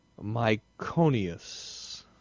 Myconius